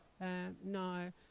no